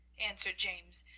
answered james,